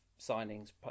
signings